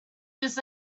this